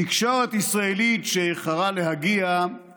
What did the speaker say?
// תקשורת ישראלית שאיחרה להגיע /